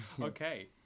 Okay